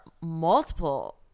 multiple